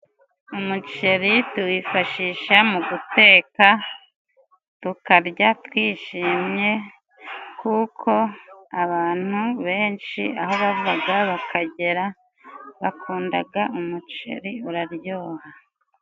Umuceri tuwifashisha mu guteka tukarya twishimye, kuko abantu benshi aho bavaga bakagera, bakundaga umuceri uraryoha.